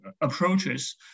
approaches